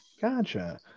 Gotcha